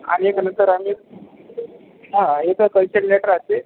आल्याच्यानंतर आम्ही हा एक कल्चर लेटर असते